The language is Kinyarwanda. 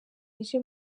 ije